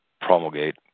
promulgate